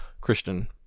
Christian